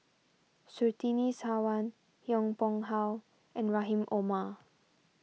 Surtini Sarwan Yong Pung How and Rahim Omar